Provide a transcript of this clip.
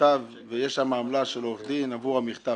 מכתב ויש שם עמלה של עורך דין עבור המכתב,